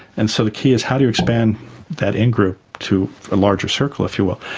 and so the key is how do you expand that in-group to a larger circle if you will?